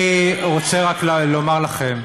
אני רוצה רק לומר לכם,